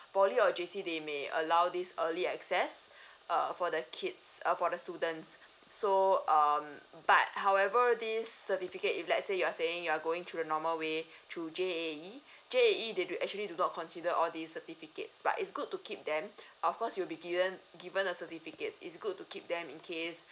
poly or J_C they may allow this early access err for the kids or for the students so um but however this certificate if let's say you're saying you're going through the normal way through J_A_E J_A_E did you actually do not consider all these certificates but it's good to keep them of course you'll be given given a certificate is good to keep them in case